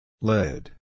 Lead